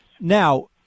Now